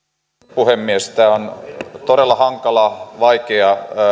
puhemies tämä on todella hankala vaikea